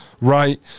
right